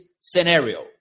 scenario